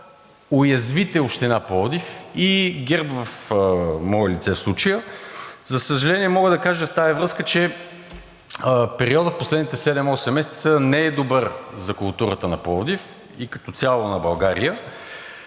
уязвите Община Пловдив и ГЕРБ, в мое лице в случая. За съжаление, мога да кажа в тази връзка, че периодът в последните седем-осем месеца не е добър за културата на Пловдив и като цяло на България